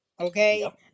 okay